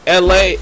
LA